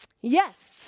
Yes